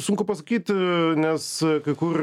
sunku pasakyti nes kai kur